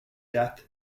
death